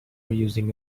using